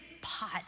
pot